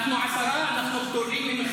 אנחנו עשרה, אנחנו גדולים ממכסה.